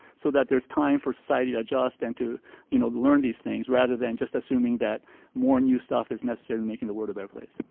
so that there's time for society to adjust and to you know learn these things rather than just assuming that more new stuff is necessary in making the world a better place.